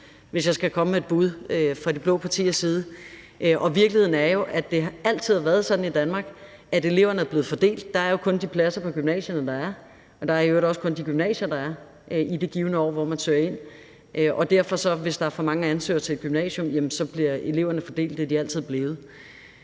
hvis jeg skal komme med et bud. Virkeligheden er jo, at det altid har været sådan i Danmark, at eleverne er blevet fordelt. Der er jo kun de pladser på gymnasierne, der er, og der er i øvrigt også kun de gymnasier, der er, i det givne år, hvor man søger ind, og derfor bliver eleverne fordelt, hvis der er for mange ansøgere til et gymnasium. Det er de altid blevet.